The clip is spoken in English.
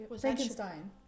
Frankenstein